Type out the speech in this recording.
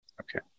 Okay